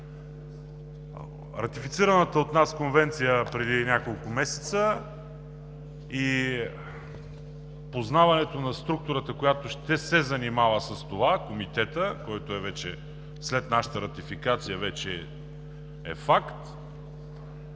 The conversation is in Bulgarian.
Ратифицираната от нас Конвенция преди няколко месеца и познаването на структурата, която ще се занимава с това – комитетът, който след нашата ратификация вече е факт,